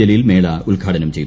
ജലീൽ മേള ഉദ്ഘാടനം ചെയ്തു